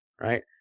Right